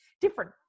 different